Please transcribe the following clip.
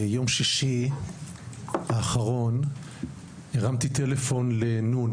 ביום שישי האחרון הרמתי טלפון ל-נ,